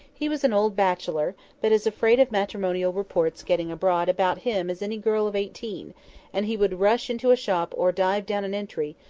he was an old bachelor, but as afraid of matrimonial reports getting abroad about him as any girl of eighteen and he would rush into a shop or dive down an entry,